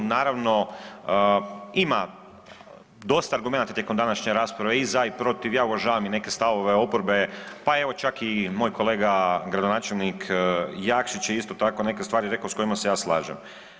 Naravno, ima dosta argumenata tijekom današnje rasprave i za i protiv, ja uvažavam i neke stavove oporbe, pa evo čak i moj kolega gradonačelnik Jakšić je isto tako neke stvari reko s kojima se ja slažem.